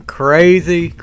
crazy